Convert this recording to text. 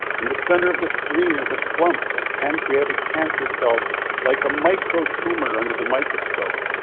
in the center of the screen is a clump of pancreatic cancer cells like a microtumor under the microscope.